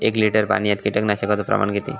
एक लिटर पाणयात कीटकनाशकाचो प्रमाण किती?